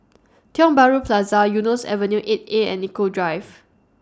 Tiong Bahru Plaza Eunos Avenue eight A and Nicoll Drive